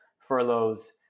furloughs